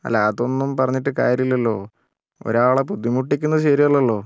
അല്ല അതൊന്നും പറഞ്ഞിട്ട് കാര്യമില്ലല്ലോ ഒരാളെ ബുദ്ധിമുട്ടിക്കുന്നത് ശരിയല്ലല്ലോ